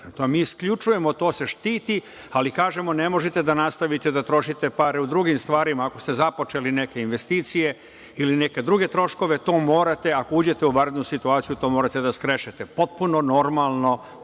isključujemo, to se štiti, ali kažemo – ne možete da nastavite da trošite pare u drugim stvarima, ako ste započeli neke investicije ili neke druge troškove, to morate, ako uđete u vanrednu situaciju, to morate da skrešete. Potpuno normalno